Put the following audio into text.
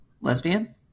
Lesbian